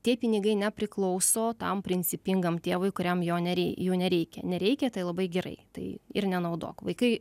tie pinigai nepriklauso tam principingam tėvui kuriam jo nerei jų nereikia nereikia tai labai gerai tai ir nenaudok vaikai